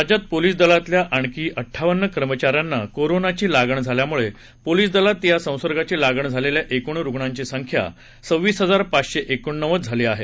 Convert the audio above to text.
राज्यात पोलीस दलातल्या आणखी अड्डावन्न कर्मचाऱ्यांना कोरोनाची लागण झाल्यामुळे पोलीस दलात या संसर्गाची लागण झालेल्या एकूण रुग्णांची संख्या सव्वीस हजार पाचशे एकोणनव्वद झाली आहे